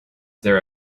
there